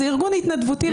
זה ארגון התנדבותי לחלוטין.